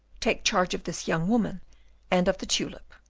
take charge of this young woman and of the tulip.